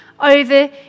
over